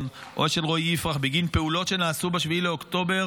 או של רועי יפרח בגין פעולות שנעשו ב-7 לאוקטובר,